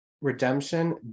Redemption